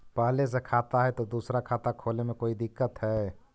पहले से खाता है तो दूसरा खाता खोले में कोई दिक्कत है?